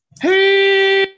Hey